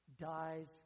dies